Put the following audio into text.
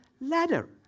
ladder